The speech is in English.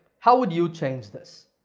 how would you change this?